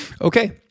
Okay